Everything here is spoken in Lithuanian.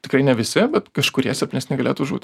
tikrai ne visi bet kažkurie silpnesni galėtų žūt